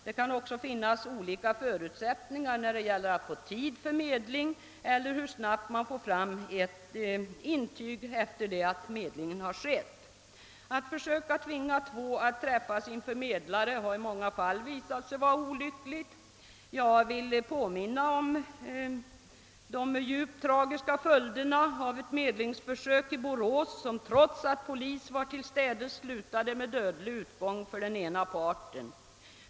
Det kan också finnas olika förutsättningar när det gäller att få tid hos medlare eller hur snabbt man får fram ett intyg efter det att medling har skett. Att söka tvinga lvå människor att träffas inför en medlare har i många fall visat sig vara olyckligt. Jag vill påminna om de djupt tragiska följderna av ett medlingsförsök i Borås, som trots att polis var till städes slutade med dödlig utgång för den ena parten.